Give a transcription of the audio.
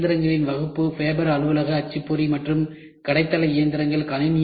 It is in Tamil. எனவே இயந்திரங்களின் வகுப்பு ஃபேபர் அலுவலக அச்சுப்பொறி மற்றும் கடை தள இயந்திரங்கள்